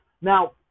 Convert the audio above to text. Now